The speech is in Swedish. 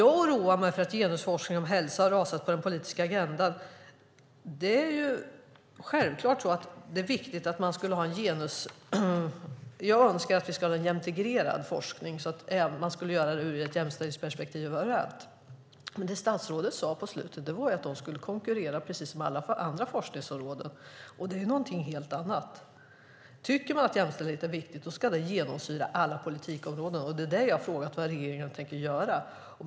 Jag oroar mig för att genusforskning om hälsa har rasat på den politiska agendan. Självklart är det viktigt. Jag önskar att vi ska ha en integrerad forskning så att den sker ur ett jämställdhetsperspektiv överallt. Men det som statsrådet sade på slutet var att denna forskning skulle konkurrera precis som alla andra forskningsområden. Det är någonting helt annat. Tycker man att jämställdhet är viktig ska den genomsyra alla politikområden. Då har jag frågat vad regeringen tänker göra.